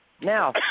Now